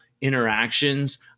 interactions